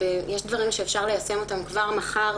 יש דברים שאפשר ליישם אותם כבר מחר,